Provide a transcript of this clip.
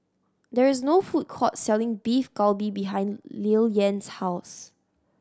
there is no food court selling Beef Galbi behind Lilyan's house